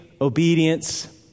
obedience